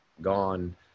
gone